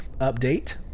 update